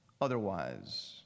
otherwise